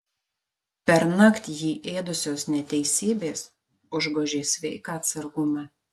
pernakt jį ėdusios neteisybės užgožė sveiką atsargumą